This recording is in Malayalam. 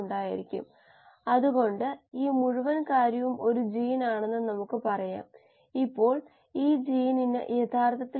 എന്നിട്ട് നമ്മൾ ഒരു നിർണായക നേർപ്പിക്കൽ നിരക്ക് പറഞ്ഞു അതിനപ്പുറം കോശ ഉൽപാദനം ഇല്ല